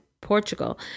Portugal